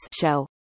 show